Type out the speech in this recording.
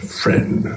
friend